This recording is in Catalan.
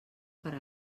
per